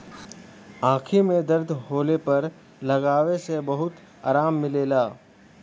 आंखी में दर्द होले पर लगावे से बहुते आराम मिलला